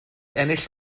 ennill